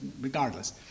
regardless